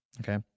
okay